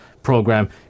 program